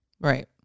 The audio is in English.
right